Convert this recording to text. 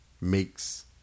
makes